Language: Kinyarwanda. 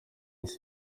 miss